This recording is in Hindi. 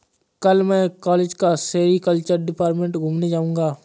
कल मैं कॉलेज का सेरीकल्चर डिपार्टमेंट घूमने जाऊंगा